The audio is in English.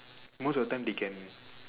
most of the time they can